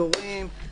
תורים,